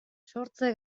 sortze